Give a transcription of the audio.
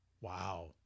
wow